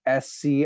SC